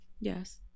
Yes